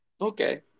Okay